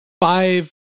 five